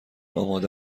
آماده